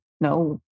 no